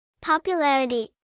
Popularity